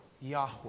Yahweh